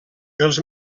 els